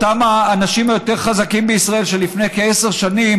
אותם האנשים היותר-חזקים בישראל לפני כעשר שנים